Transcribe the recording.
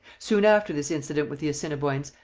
soon after this incident with the assiniboines,